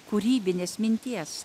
kūrybinės minties